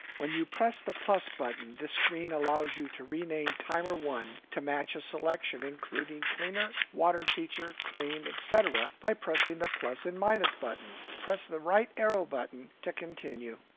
when you press the plus button the screen allows you to rename timer one to match a selection including cleaner, water feature, clean, etc. by pressing the plus and minus buttons. press the right arrow button to continue.